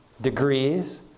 degrees